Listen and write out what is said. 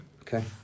Okay